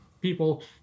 people